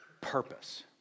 purpose